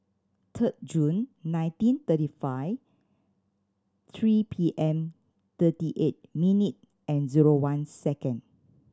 third June nineteen thirty five three P M thirty eight minute and zero one second